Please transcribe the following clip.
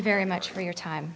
very much for your time